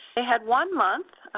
they had one month,